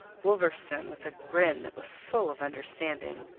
wolverstone with a grin that was full of understanding.